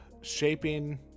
shaping